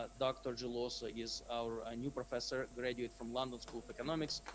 ah dr. geloso is our ah new professor, graduate from london school of economics.